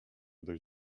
dość